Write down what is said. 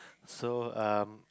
so um